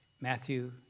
Matthew